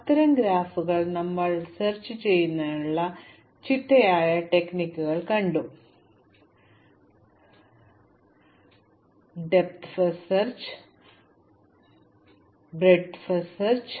അത്തരം ഗ്രാഫുകൾ പര്യവേക്ഷണം ചെയ്യുന്നതിനുള്ള രണ്ട് ചിട്ടയായ തന്ത്രങ്ങൾ ഞങ്ങൾ കണ്ടു വീതിയുടെ ആദ്യ തിരയൽ ആഴത്തിലുള്ള ആദ്യ തിരയൽ